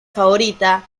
favorita